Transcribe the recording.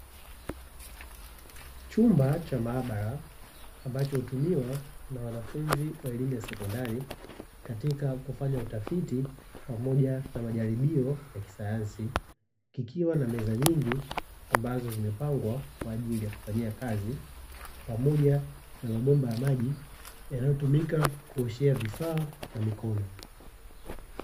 Chumba cha maabara ambacho hutumiwa na wanafunzi wa elimu ya sekondari katika kufanya utafiti pamoja na majaribio ya kisayansi, kikiwa na meza nyingi ambazo zimepangwa kwaajili ya kufanyia kazi pamoja na mabomba ya maji yanayotumika kuoshea vifaa na mikono.